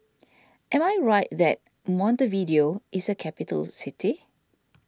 am I right that Montevideo is a capital city